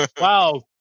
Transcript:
wow